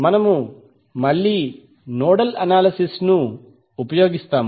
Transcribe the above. మనము మళ్ళీ nodal analysis ను ఉపయోగిస్తాము